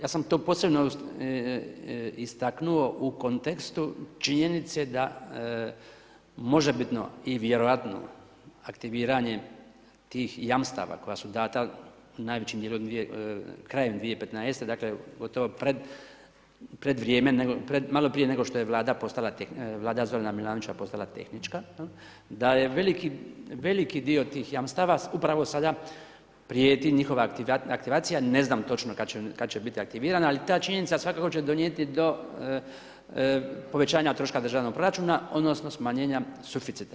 Ja sam to posebno istaknuo u kontekstu činjenice da možebitno i vjerojatno aktiviranje tih jamstava koja su data najvećim djelom krajem 2015., dakle gotovo pred vrijeme, maloprije nego što je Vlada postala, Vlada Zorana Milanovića postala tehnička, da je veliki dio tih jamstava upravo sada prijeti njihova aktivacija, ne znam točno kad će biti aktivirana ali ta činjenica svakako će donijeti do povećanja troška državnog proračuna odnosno smanjenja suficita.